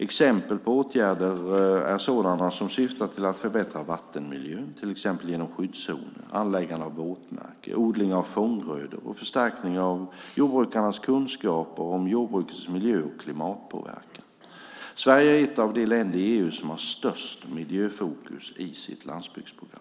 Exempel på åtgärder är sådana som syftar till att förbättra vattenmiljön, till exempel genom skyddszoner, anläggning av våtmarker, odling av fånggrödor och förstärkning av jordbrukarnas kunskaper om jordbrukets miljö och klimatpåverkan. Sverige är ett av de länder i EU som har störst miljöfokus i sitt landsbygdsprogram.